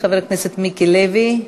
חבר הכנסת מיקי לוי,